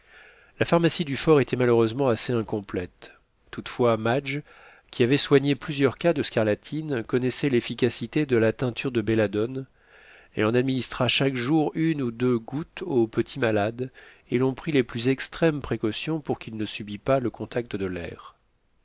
la pharmacie du fort était malheureusement assez incomplète toutefois madge qui avait soigné plusieurs cas de scarlatine connaissait l'efficacité de la teinture de belladone elle en administra chaque jour une ou deux gouttes au petit malade et l'on prit les plus extrêmes précautions pour qu'il ne subît pas le contact de l'air